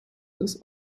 des